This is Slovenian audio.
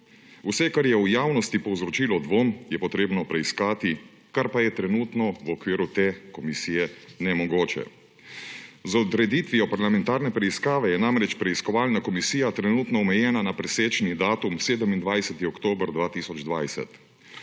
Vse, kar je v javnosti povzročilo dvom, je potrebno preiskati, kar pa je trenutno v okviru te komisije nemogoče. Z odreditvijo parlamentarne preiskave je namreč preiskovalna komisija trenutno omejena na presečni datum 27. oktober 2020,